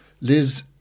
Liz